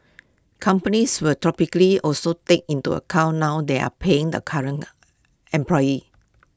companies will topically also take into account now they are paying the current employees